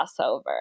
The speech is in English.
crossover